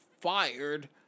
fired